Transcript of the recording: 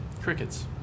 Crickets